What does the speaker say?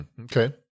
Okay